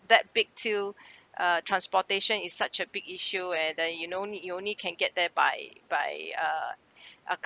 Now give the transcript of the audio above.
that big till uh transportation is such a big issue and uh you only you only can get there by by uh a